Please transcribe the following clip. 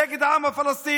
נגד העם הפלסטיני.